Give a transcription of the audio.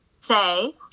say